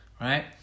right